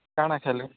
କାଁଣା ଖାଇଲୁ